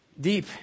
deep